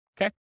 Okay